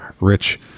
rich